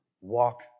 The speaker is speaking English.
walk